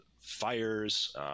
fires